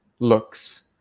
looks